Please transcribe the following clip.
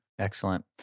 Excellent